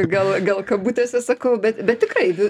gal gal kabutėse sakau bet bet tikrai vi